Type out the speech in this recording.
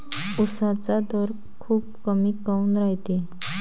उसाचा दर खूप कमी काऊन रायते?